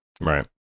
Right